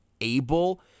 able